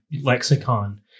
lexicon